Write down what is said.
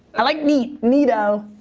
i like neat, neat-o,